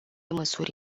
măsuri